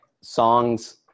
songs